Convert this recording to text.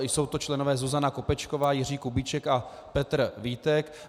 Jsou to členové Zuzana Kopečková, Jiří Kubíček a Petr Vítek.